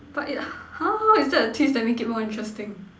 but it !huh! how is that a twist that make it more interesting